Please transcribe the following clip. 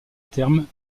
terme